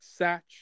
Satch